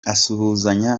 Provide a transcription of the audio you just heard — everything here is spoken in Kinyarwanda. asuhuzanya